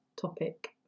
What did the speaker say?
topic